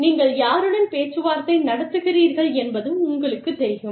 நீங்கள் யாருடன் பேச்சுவார்த்தை நடத்துகிறீர்கள் என்பது உங்களுக்குத் தெரியும்